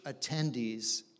attendees